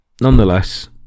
nonetheless